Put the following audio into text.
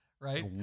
Right